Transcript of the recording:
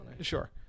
Sure